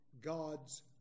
God's